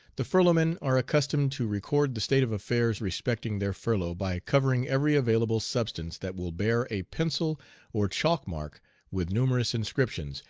the furloughmen are accustomed to record the state of affairs respecting their furlough by covering every available substance that will bear a pencil or chalk mark with numerous inscriptions,